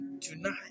tonight